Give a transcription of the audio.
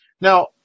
now